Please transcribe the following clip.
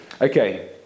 Okay